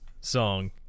song